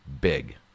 big